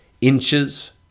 inches